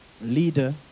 leader